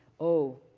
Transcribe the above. oh,